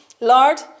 Lord